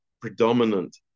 predominant